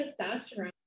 testosterone